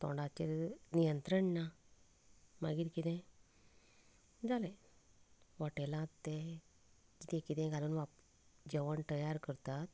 तोडांचेर नियत्रंण ना मागीर कितें जालें हॉटेलांत तें कितें कितें घालून जेवण तयार करतात जालें